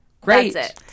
Great